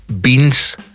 Beans